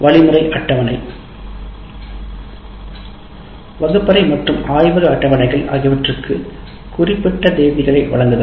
வழிமுறை அட்டவணை வகுப்பறை மற்றும் ஆய்வக அட்டவணைகள் ஆகியவற்றுக்கு குறிப்பிட்ட தேதிகளை வழங்குதல்